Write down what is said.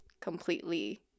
completely